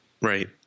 Right